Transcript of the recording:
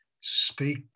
speak